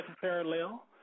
parallel